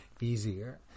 easier